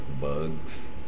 bugs